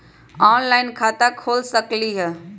Online खाता खोल सकलीह?